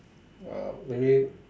uh maybe